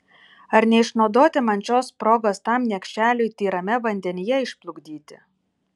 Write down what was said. ar neišnaudoti man šios progos tam niekšeliui tyrame vandenyje išplukdyti